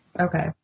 okay